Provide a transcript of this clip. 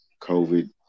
COVID